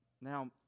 Now